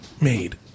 made